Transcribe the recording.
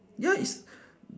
ya it's